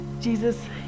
Jesus